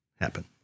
happen